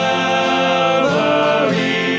Calvary